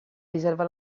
riserva